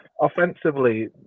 Offensively